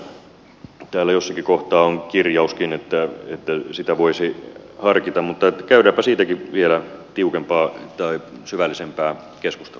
siitä täällä jossakin kohtaa on kirjauskin että sitä voisi harkita mutta käydäänpä siitäkin vielä tiukempaa tai syvällisempää keskustelua